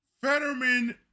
Fetterman